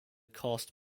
cast